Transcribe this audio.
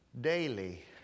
daily